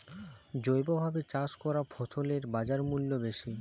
জৈবভাবে চাষ করা ফসলের বাজারমূল্য বেশি